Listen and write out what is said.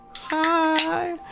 Hi